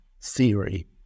theory